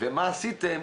ומה עשיתם